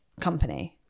company